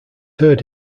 heard